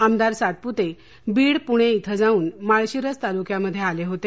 आमदार सातपुते बीड पुणे इथे जाऊन माळशिरस तालुक्यामध्ये आले होते